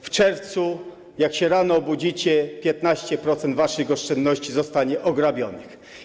W czerwcu, jak się rano obudzicie, 15% waszych oszczędności zostanie zagrabionych.